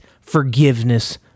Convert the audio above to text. forgiveness